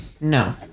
No